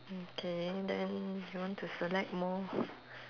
okay then you want to select more